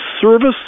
service